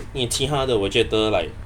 因为其他的我觉得 like